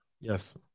Yes